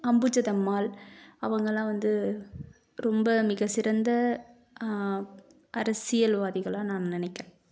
அம்புஜத்தம்மாள் அவங்களாம் வந்து ரொம்ப மிக சிறந்த அரசியல்வாதிகளாக நான் நினைக்குறேன்